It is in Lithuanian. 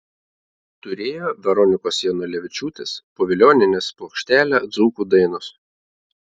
turėjo veronikos janulevičiūtės povilionienės plokštelę dzūkų dainos